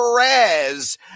Perez